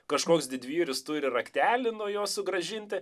kažkoks didvyris turi raktelį nuo jo sugrąžinti